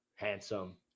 handsome